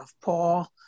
Paul